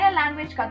language